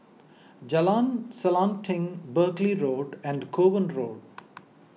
Jalan Selanting Buckley Road and Kovan Road